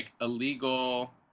illegal